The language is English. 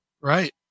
Right